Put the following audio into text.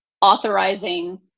authorizing